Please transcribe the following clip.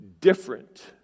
different